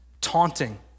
taunting